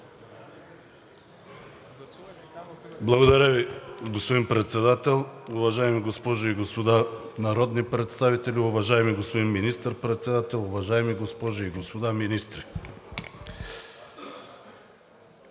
Уважаеми госпожи и господа народни представители, уважаеми господин Министър председател, уважаеми госпожи и господа министри!